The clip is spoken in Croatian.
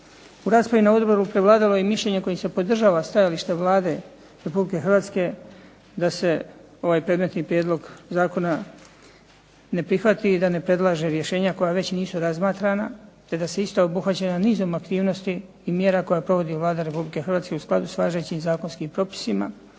U raspravi na odboru prevladalo je mišljenje kojim se podržava stajalište Vlade Republike Hrvatske da se ovaj predmetni prijedlog zakona ne prihvati i da ne predlaže rješenja koja već nisu razmatrana, te da su ista obuhvaćena nizom aktivnosti i mjera koje provodi Vlada Republike Hrvatske u skladu sa važećim zakonskim propisima,